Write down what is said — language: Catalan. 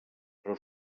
però